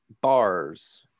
Bars